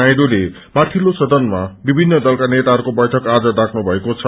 नायडूले माथिल्लो सदनमा विभिन्न दलका नेताइरूको बैठक आज डाक्नु भएको छ